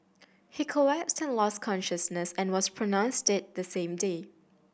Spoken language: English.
he collapsed and lost consciousness and was pronounced dead the same day